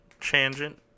Tangent